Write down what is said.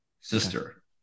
sister